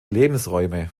lebensräume